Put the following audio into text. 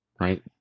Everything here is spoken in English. right